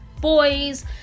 boys